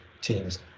teams